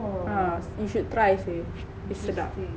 ha you should try seh sedap